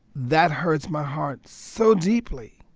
that hurts my heart so deeply.